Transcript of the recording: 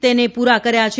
તેને પૂરા કર્યા છે